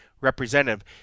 representative –